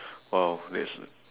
!wow! that's